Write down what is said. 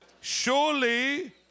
Surely